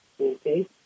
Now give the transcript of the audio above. Okay